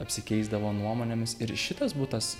apsikeisdavo nuomonėmis ir šitas butas